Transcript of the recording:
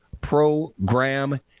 program